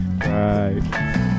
Right